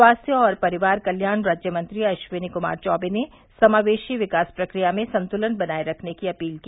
स्वास्थ्य और परिवार कल्याण राज्यमंत्री अशिवनी कुमार चौबे ने समावेशी विकास प्रक्रिया में संतुलन बनाये रखने की अपील की